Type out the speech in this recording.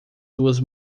duas